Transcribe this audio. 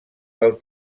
del